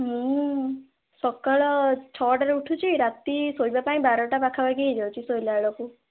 ମୁଁ ସକାଳ ଛଅଟାରେ ଉଠୁଛି ରାତି ଶୋଇବା ପାଇଁ ବାରଟା ପାଖାପାଖି ହେଇଯାଉଛି ଶୋଇଲା ବେଳକୁ